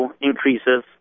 increases